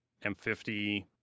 M50